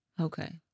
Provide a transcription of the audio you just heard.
Okay